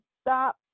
stop